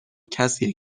کسیه